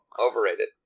Overrated